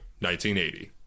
1980